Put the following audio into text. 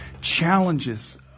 challenges